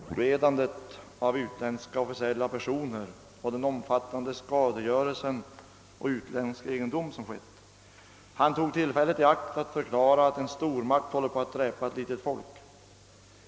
Herr talman! Det gjorde ett pinsamt intryck på mig att en av riksdagens kommunister i dag passade på i samband med en enkel fråga att uttrycka sin glädje över det tilltagande ofredandet av utländska officiella personer och den omfattande skadegörelse på ututländsk egendom som förekommit. Han tog tillfället i akt att förklara, att en stormakt håller på att dräpa ett litet folk.